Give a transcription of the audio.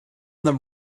them